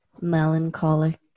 melancholic